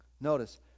notice